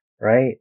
right